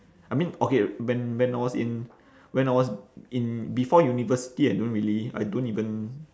I mean okay when when I was in when I was in before university I don't really I don't even